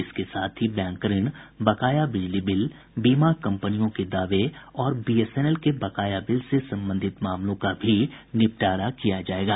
इसके साथ ही बैंक ऋण बकाया बिजली बिल बीमा कंपनियों के दावे और बीएसएनएल के बकाया बिल से संबंधित मामलों का निपटारा होगा